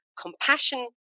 compassion